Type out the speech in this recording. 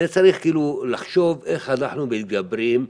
צריך לחשוב איך אנחנו מתגברים,